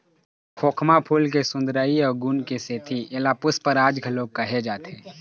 खोखमा फूल के सुंदरई अउ गुन के सेती एला पुस्पराज घलोक कहे जाथे